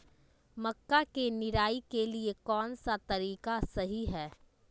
मक्का के निराई के लिए कौन सा तरीका सही है?